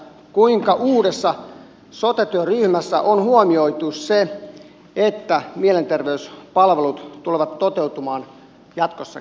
kuinka uudessa sote työryhmässä on huomioitu se että mielenterveyspalvelut tulevat toteutumaan ja toisen